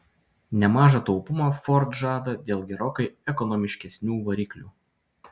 nemažą taupumą ford žada dėl gerokai ekonomiškesnių variklių